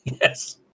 yes